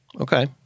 Okay